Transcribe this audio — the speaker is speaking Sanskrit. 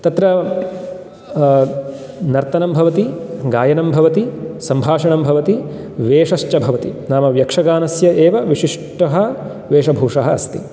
तत्र नर्तनं भवति गायनं भवति सम्भाषणं भवति वेशश्च भवति नाम यक्षगानस्य एव विशिष्टः वेशभूषः अस्ति